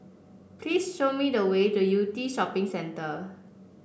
please show me the way to Yew Tee Shopping Centre